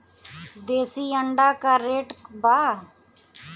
देशी अंडा का रेट बा?